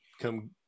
come